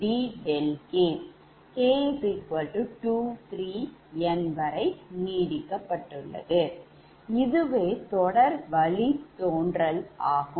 இதுவே தொடற் வழித்தோன்றல் ஆகும்